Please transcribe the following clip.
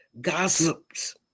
gossips